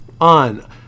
on